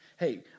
Hey